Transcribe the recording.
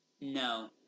No